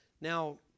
Now